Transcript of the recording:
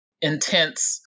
intense